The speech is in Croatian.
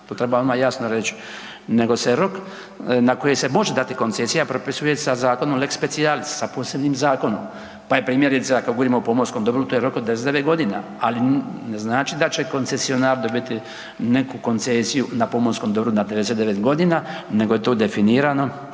to treba odmah jasno reć, nego se rok na koji se može dati koncesija propisuje sa zakonom lex specialis, sa posebnim zakonom. Pa je primjerice ako govorimo o pomorskom dobru to je rok od 99.g., ali ne znači da će koncesionar dobiti neku koncesiju na pomorskom dobru na 99.g. nego je to definirano